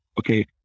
okay